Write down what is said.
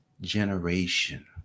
generation